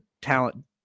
talent